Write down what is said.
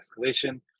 escalation